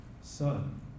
son